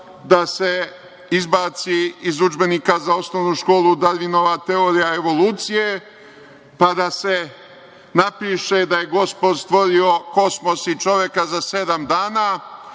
da se izbaci iz udžbenika za osnovu školu Darvinova teorija evolucije, pa da se napiše da je Gospod stvorio kosmos i čoveka za sedam dana,